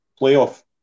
playoff